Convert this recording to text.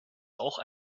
auch